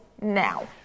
now